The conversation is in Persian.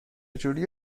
جوری